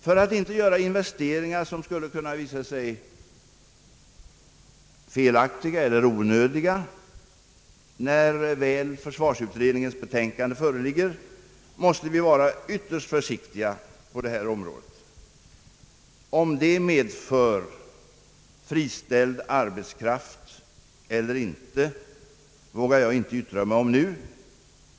För att inte göra investeringar som skulle kunna visa sig felaktiga eller onödiga, när väl försvarsutredningens betänkande föreligger, måste vi vara ytterst försiktiga på detta område. Om det medför friställd arbetskraft eller inte, vågar jag inte yttra mig om nu.